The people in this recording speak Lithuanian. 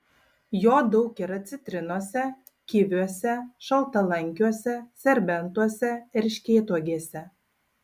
jo daug yra citrinose kiviuose šaltalankiuose serbentuose erškėtuogėse